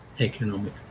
economic